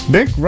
Big